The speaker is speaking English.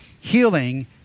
healing